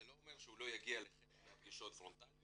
זה לא אומר שהוא לא יגיע לחלק מהפגישות הפרונטליות,